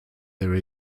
there